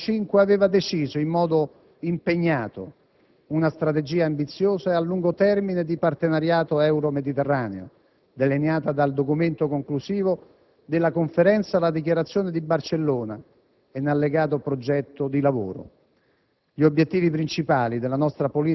La Prima Conferenza euromediterranea tenutasi a Barcellona nel 1995 aveva deciso in modo impegnato una strategia ambiziosa e a lungo termine di partenariato euromediterraneo, delineata nel Documento conclusivo della Conferenza, la Dichiarazione di Barcellona,